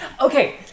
Okay